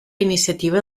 iniciativa